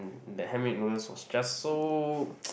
the handmade noodles was just so